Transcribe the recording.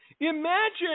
Imagine